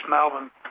Melbourne